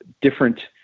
different